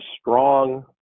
strong